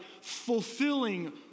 fulfilling